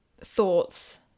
thoughts